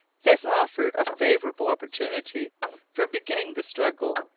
this offered a favourable opportunity for beginning the struggle,